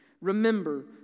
Remember